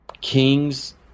kings